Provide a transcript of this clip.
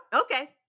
Okay